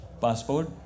passport